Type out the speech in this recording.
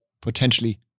potentially